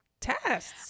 tests